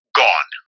gone